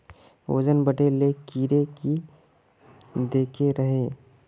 वजन बढे ले कीड़े की देके रहे?